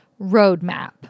roadmap